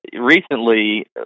recently